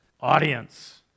audience